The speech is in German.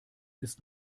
ist